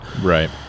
Right